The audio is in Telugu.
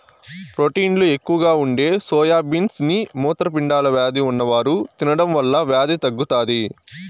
ప్రోటీన్లు ఎక్కువగా ఉండే సోయా బీన్స్ ని మూత్రపిండాల వ్యాధి ఉన్నవారు తినడం వల్ల వ్యాధి తగ్గుతాది